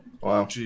Wow